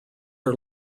are